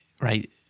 right